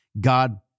God